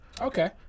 Okay